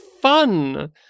fun